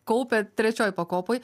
kaupia trečioj pakopoj